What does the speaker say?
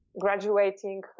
graduating